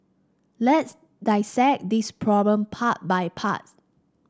let's dissect this problem part by parts